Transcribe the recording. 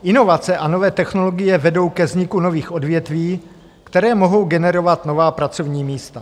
Inovace a nové technologie vedou ke vzniku nových odvětví, které mohou generovat nová pracovní místa.